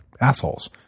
assholes